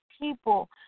people